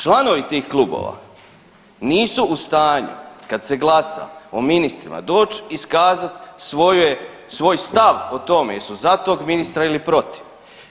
Članovi tih klubova nisu u stanju kad se glasa o ministrima doć i iskazat svoje, svoj stav o tome jesu za tog ministra ili protiv.